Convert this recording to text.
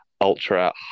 Ultra